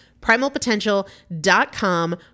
Primalpotential.com